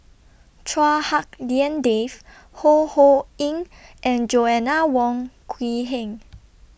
Chua Hak Lien Dave Ho Ho Ying and Joanna Wong Quee Heng